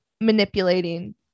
manipulating